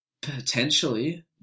Potentially